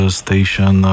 station